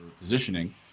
positioning